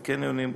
בקניונים,